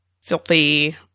filthy